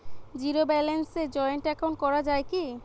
Zero ব্যালেন্সে joint account করা য়ায় কি?